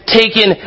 taken